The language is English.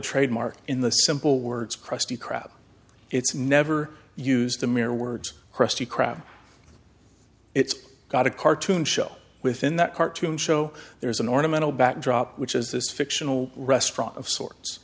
trademark in the simple words krusty krab it's never used the mere words krusty krab it's got a cartoon show within that cartoon show there's an ornamental backdrop which is this fictional restaurant of sorts